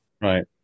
Right